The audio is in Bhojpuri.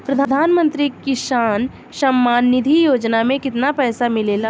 प्रधान मंत्री किसान सम्मान निधि योजना में कितना पैसा मिलेला?